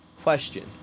Question